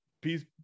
peace